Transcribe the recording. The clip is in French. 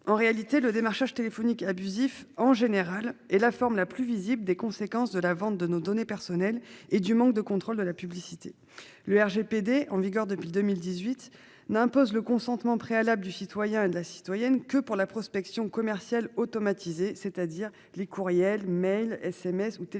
En réalité le démarchage téléphonique abusif en général et la forme la plus visible des conséquences de la vente de nos données personnelles et du manque de contrôle de la publicité le RGPD, en vigueur depuis 2018 n'imposent le consentement préalable du citoyen et la citoyenne que pour la prospection commerciale automatisé, c'est-à-dire les courriels mails SMS ou télécopie.